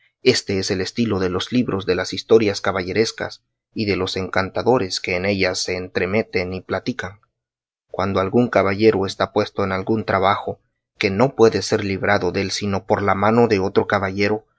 éste es estilo de los libros de las historias caballerescas y de los encantadores que en ellas se entremeten y platican cuando algún caballero está puesto en algún trabajo que no puede ser librado dél sino por la mano de otro caballero